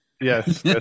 Yes